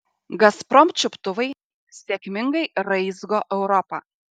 gazprom čiuptuvai sėkmingai raizgo europą